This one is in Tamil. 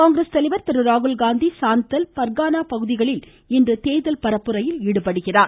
காங்கிரஸ் தலைவர் திரு ராகுல்காந்தி சாந்தல் பர்கானா பகுதிகளில் இன்று தேர்தல் பரப்புரையில் ஈடுபடுகிறார்